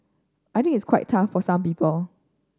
I think it's quite tough for some people